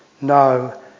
no